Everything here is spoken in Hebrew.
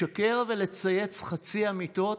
לשקר ולצייץ חצאי אמיתות